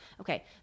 okay